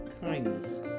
kindness